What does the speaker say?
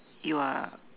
you are